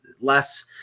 less